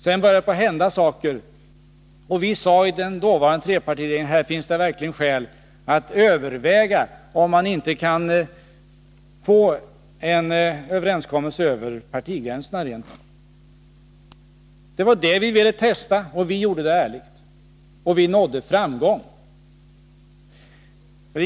Sedan började det hända saker, och vi sade i den dåvarande trepartiregeringen: Här finns det verkligen skäl att överväga om maninte rent av kan få en överenskommelse över partigränserna. Det var det vi ville testa. Vi gjorde det ärligt, och vi nådde framgång.